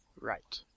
Right